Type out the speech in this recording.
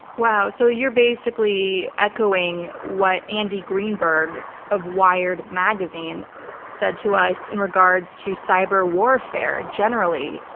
wow. so, you're basically echoing what andy greenberg of wired magazine said to us in regards to cyber warfare generally,